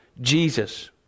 Jesus